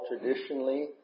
traditionally